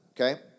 Okay